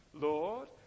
Lord